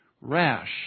rash